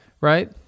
Right